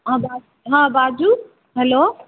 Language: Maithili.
हँ बा हँ बाजू हैलो